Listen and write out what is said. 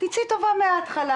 תצאי טובה מההתחלה.